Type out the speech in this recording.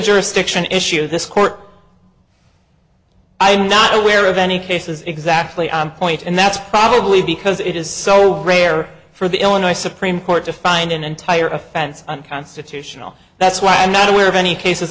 jurisdiction issue of this court i'm not aware of any cases exactly on point and that's probably because it is so rare for the illinois supreme court to find an entire offense unconstitutional that's why i'm not aware of any cases